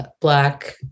Black